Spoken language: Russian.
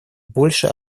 больше